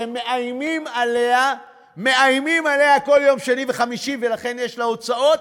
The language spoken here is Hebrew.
שמאיימים עליה כל שני וחמישי, ולכן יש לה הוצאות